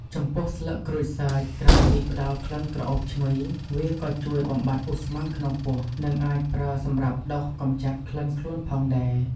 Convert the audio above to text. ចំពោះស្លឹកក្រូចសើច ក្រៅពីផ្តល់ក្លិនក្រអូបឈ្ងុយ វាក៏ជួយបំបាត់ឧស្ម័នក្នុងពោះ និងអាចប្រើសម្រាប់ដុសកម្ចាត់ក្លិនខ្លួនផងដែរ។